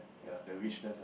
ya the richness